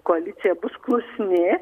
koalicija bus klusni